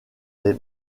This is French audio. les